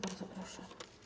Bardzo proszę.